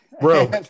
Bro